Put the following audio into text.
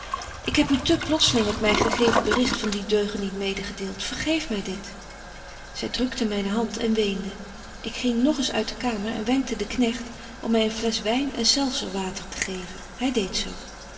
ik heb u te plotsling het my gegeven bericht van dien deugeniet medegedeelt vergeef my dit zy drukte myne hand en weende ik ging nog eens uit de kamer en wenkte den knegt om my een fles wyn en selserwater te geven hy deedt